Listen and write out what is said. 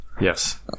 yes